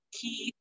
key